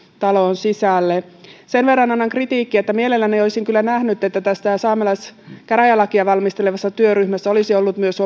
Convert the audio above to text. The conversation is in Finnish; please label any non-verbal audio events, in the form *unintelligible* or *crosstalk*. taloon sisälle sen verran annan kritiikkiä että mielelläni olisin kyllä nähnyt että tässä saamelaiskäräjälakia valmistelevassa työryhmässä olisi ollut myös *unintelligible*